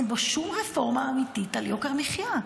אין בו שום רפורמה אמיתית על יוקר המחיה.